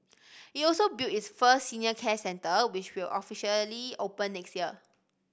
it also built its first senior care centre which will officially open next year